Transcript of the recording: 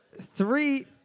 three